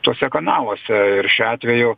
tuose kanaluose ir šiuo atveju